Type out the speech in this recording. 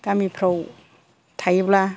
गामिफ्राव थायोब्ला